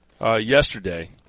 yesterday